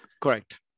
Correct